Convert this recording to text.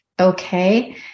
okay